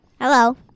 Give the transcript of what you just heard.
Hello